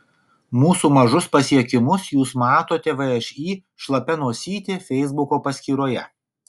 mūsų mažus pasiekimus jūs matote všį šlapia nosytė feisbuko paskyroje